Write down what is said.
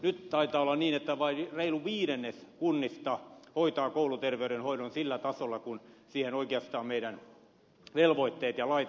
nyt taitaa olla niin että vain reilu viidennes kunnista hoitaa kouluterveydenhoidon sillä tasolla jonka oikeastaan meidän velvoitteemme ja lakimme edellyttävät